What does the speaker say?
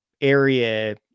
area